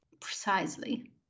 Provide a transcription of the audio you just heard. Precisely